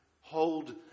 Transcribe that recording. hold